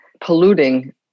polluting